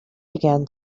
began